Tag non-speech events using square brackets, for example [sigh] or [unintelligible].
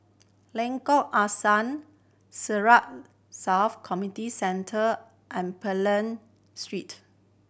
Lengkok Angsa Siglap South Community Centre and [unintelligible] Street